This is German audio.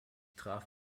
traf